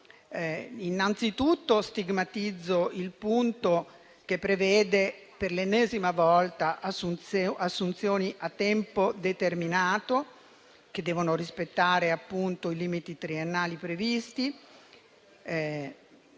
anzitutto il punto che prevede per l'ennesima volta assunzioni a tempo determinato, che devono rispettare i limiti triennali previsti.